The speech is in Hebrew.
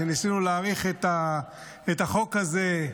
כשניסינו להאריך את החוק הזה,